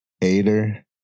Hater